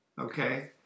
Okay